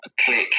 click